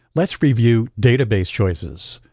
let's review database choices.